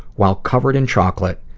while covered in chocolate,